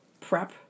prep